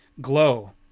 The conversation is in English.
Glow